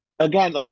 Again